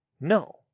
No